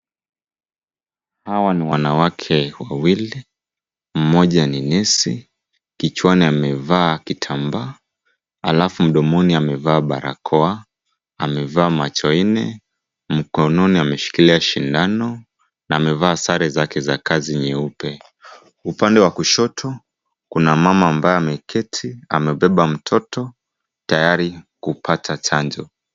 Hawa ni wanawake wawili, mmoja ni nesi, kichwani amevaa kitambaa alafu mdomoni amevaa barakoa, amevaa macho nne, mkononi ameshikilia sindano, na amevaa sare zake za kazi nyeupe. Upande wa kushoto kuna mama ambaye ameketi, amebeba mtoto tayari kupata chanjo.